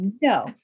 No